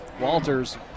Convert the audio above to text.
Walters